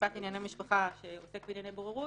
המשפט לענייני משפחה שעוסק בענייני בוררות.